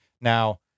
Now